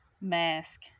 mask